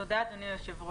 תודה אדוני היושב ראש.